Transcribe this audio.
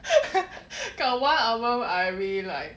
got one album I really like